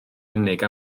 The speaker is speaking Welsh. unig